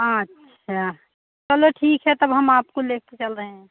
अच्छा चलो ठीक है तब हम आपको लेकर चल रहे हैं